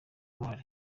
uruhara